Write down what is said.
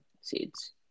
seeds